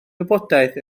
wybodaeth